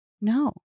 No